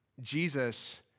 Jesus